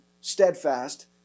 steadfast